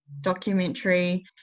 documentary